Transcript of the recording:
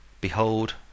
behold